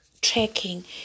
tracking